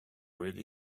really